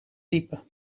type